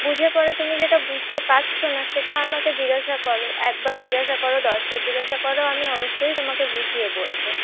বুঝে পড়ে তুমি যেটা বুঝতে পারছ না সেটা আমাকে জিজ্ঞাসা করো একবার জিজ্ঞাসা করো দশবার জিজ্ঞাসা করো আমি অবশ্যই তোমাকে বুঝিয়ে বলবো